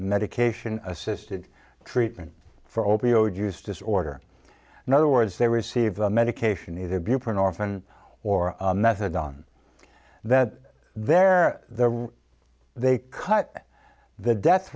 medication assisted treatment for opioid use disorder in other words they receive a medication either viewpoint often or methadone that they're there they cut the death